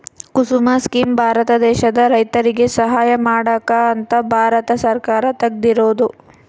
ಕುಸುಮ scheme Bharat ದೇಶದ ರೈತರಿಗೆ ಸಹಾಯ ಮಾಡಕ ಅಂತ ಭಾರತ ಸರ್ಕಾರ ತೆಗ್ದಿರೊದು